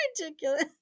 ridiculous